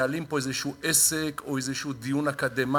כאילו שאנחנו מנהלים כאן איזה עסק או איזה דיון אקדמי.